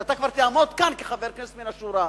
כשאתה כבר תעמוד כאן כחבר כנסת מן השורה.